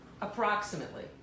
Approximately